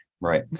Right